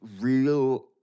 real